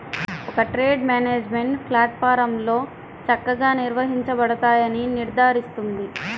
ఒక trade management ప్లాట్ఫారమ్లో చక్కగా నిర్వహించబడతాయని నిర్ధారిస్తుంది